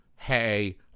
Hey